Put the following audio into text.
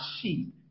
sheep